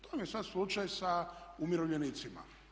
To vam je sad slučaj sa umirovljenicima.